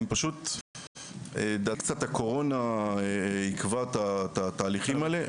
לדעתי הקורונה קצת עיכבה את התהליכים האלה.